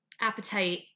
appetite